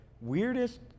weirdest